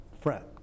friend